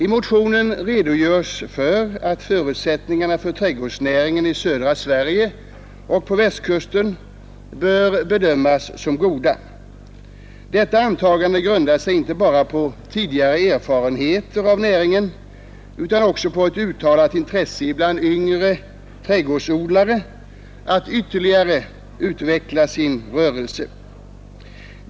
I motionen anförs att förutsättningarna för trädgårdsnäringen i södra Sverige och på Västkusten bör bedömas som goda. Detta antagande grundar sig inte bara på tidigare erfarenheter av näringen utan också på ett uttalat intresse bland yngre trädgårdsodlare att ytterligare utveckla sin rörelse.